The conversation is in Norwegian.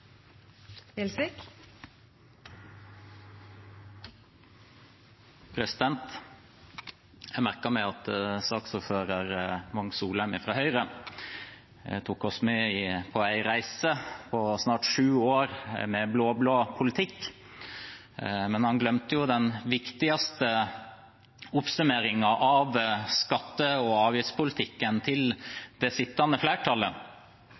Jeg merket meg at saksordfører Wang Soleim fra Høyre tok oss med på en reise på snart syv år med blå-blå politikk, men han glemte den viktigste oppsummeringen av skatte- og avgiftspolitikken til det sittende flertallet,